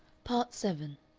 part seven